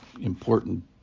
important